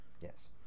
Yes